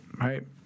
right